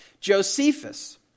Josephus